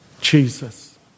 Jesus